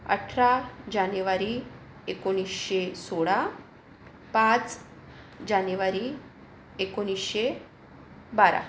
अठरा जानेवारी एकोणीसशे सोळा पाच जानेवारी एकोणीसशे बारा